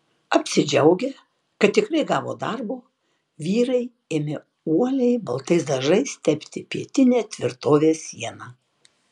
apsidžiaugę kad tikrai gavo darbo vyrai ėmė uoliai baltais dažais tepti pietinę tvirtovės sieną